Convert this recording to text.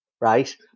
right